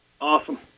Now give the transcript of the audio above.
Awesome